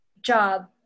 job